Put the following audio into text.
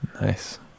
nice